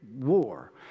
war